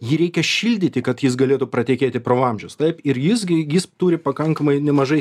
jį reikia šildyti kad jis galėtų pratekėti pro vamzdžius taip ir jis gi gi jis turi pakankamai nemažai